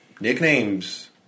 nicknames